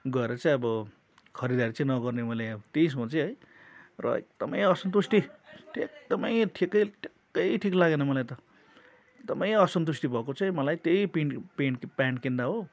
गएर चाहिँ अब खरिदारी चाहिँ नगर्ने मैले अब त्यही सोचेँ है र एकदमै असन्तुष्टि एकदमै ठिकै ट्याक्कै ठिक लागेन मलाई त एकदमै असन्तुष्टि भएको चाहिँ मलाई त्यही पिन पिन प्यान्ट किन्दा हो